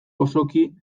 osoki